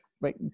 Wait